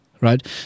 right